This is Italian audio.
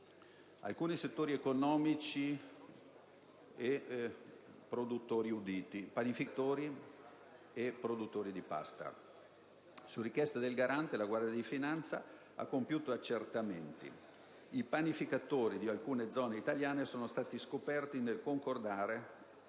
alcuni settori economici, e in particolare a quello dei panificatori e dei produttori di pasta, su richiesta del Garante, la Guardia di finanza ha compiuto alcuni accertamenti. I panificatori di certe zone italiane sono stati scoperti nel concordare